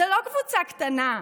זו לא קבוצה קטנה.